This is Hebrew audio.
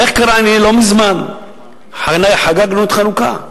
ואיך קרה, לא מזמן חגגנו את חנוכה.